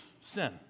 sin